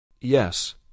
Yes